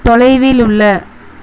தொலைவில் உள்ள